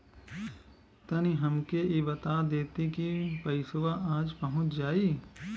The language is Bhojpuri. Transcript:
तनि हमके इ बता देती की पइसवा आज पहुँच जाई?